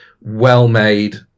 well-made